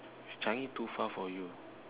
is Changi too far for you